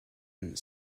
and